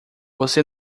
você